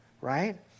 right